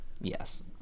Yes